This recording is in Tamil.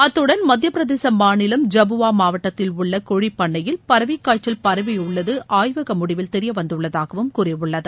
அத்துடன் மத்தியபிரதேச மாநிலம் ஜபுவா மாவட்டத்தில் உள்ள கோழிப்பண்ணையில் பறவைக் காய்ச்சல் பரவியுள்ளது ஆய்வக முடிவில் தெரியவந்துள்ளதாகவும் கூறியுள்ளது